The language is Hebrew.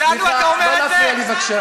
לנו אתה אומר את זה?